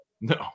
No